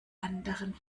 anderen